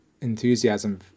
enthusiasm